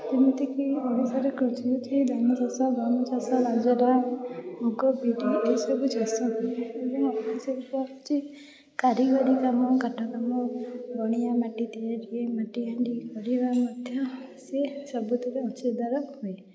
ଯେମିତିକି ଓଡ଼ିଶାରେ କୃଷି ଭିତ୍ତିକ ଧାନଚାଷ ଗହମଚାଷ ବାଜେରା ମୁଗ ବିରି ଏସବୁ ଚାଷ ହୁଏ ଏବଂ କାରିଗରୀ କାମ କାଠକାମ ବଣିଆ ମାଟି ତିଆରି ମାଟିହାଣ୍ଡି ଗଢ଼ିବା ମଧ୍ୟ ସିଏ ସବୁଥିରେ ଅଂଶୀଦାର ହୁଏ